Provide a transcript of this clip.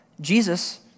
Jesus